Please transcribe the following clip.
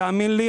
תאמין לי,